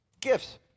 gifts